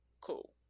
cool